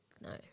No